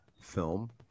film